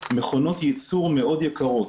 מכונות ייצור מאוד יקרות